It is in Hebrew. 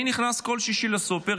אני נכנס בכל שישי לסופר,